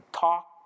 talk